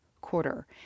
quarter